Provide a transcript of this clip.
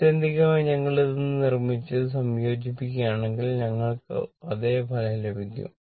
ആത്യന്തികമായി ഞങ്ങൾ ഇത് നിർമ്മിച്ച് സംയോജിപ്പിക്കുകയാണെങ്കിൽ ഞങ്ങൾക്ക് അതേ ഫലം ലഭിക്കും